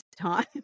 time